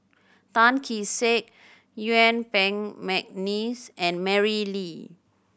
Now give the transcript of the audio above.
Tan Kee Sek Yuen Peng McNeice and Mary Lim